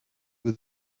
wir